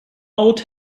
out